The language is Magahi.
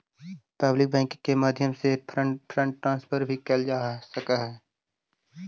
पब्लिक बैंकिंग के माध्यम से फंड ट्रांसफर भी कैल जा सकऽ हइ